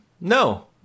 No